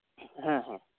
ᱦᱮᱸ ᱦᱮᱸ